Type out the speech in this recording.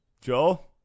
joel